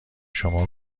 شما